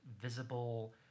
visible